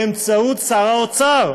באמצעות שר האוצר.